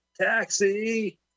Taxi